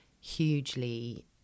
hugely